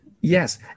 Yes